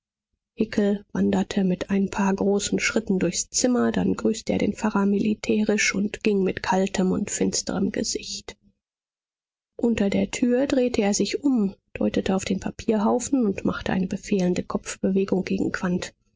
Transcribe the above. wanderte mit ein paar großen schritten durchs zimmer dann grüßte er den pfarrer militärisch und ging mit kaltem und finsterem gesicht unter der tür drehte er sich um deutete auf den papierhaufen und machte eine befehlende kopfbewegung gegen